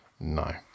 No